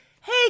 hey